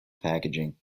packaging